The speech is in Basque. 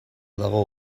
dago